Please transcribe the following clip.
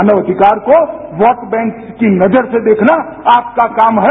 मानव अधिकार को vote bank की नजर से देखना आपका काम है